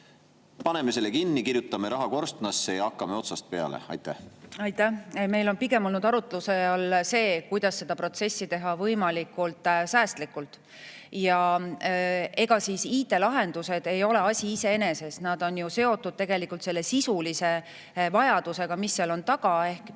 [süsteemi] kinni, kirjutaks raha korstnasse, hakkaks otsast peale? Aitäh! Meil on pigem olnud arutluse all see, kuidas seda protsessi teha võimalikult säästlikult. Ja ega siis IT‑lahendused ei ole asi iseeneses, nad on seotud ju tegelikult selle sisulise vajadusega, mis seal on taga ehk